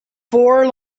four